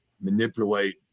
manipulate